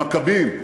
המכבים,